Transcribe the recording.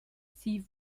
sie